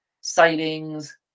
sightings